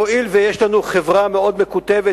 הואיל ויש לנו חברה מאוד מקוטבת,